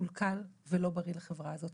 מקולקל ולא בריא לחברה הזאת,